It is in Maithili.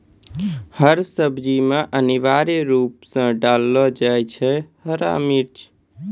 हर सब्जी मॅ अनिवार्य रूप सॅ डाललो जाय छै हरी मिर्च